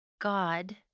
God